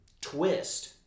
twist